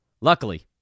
Luckily